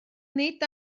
nid